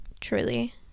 Truly